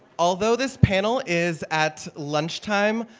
although this panel is at lunchtime,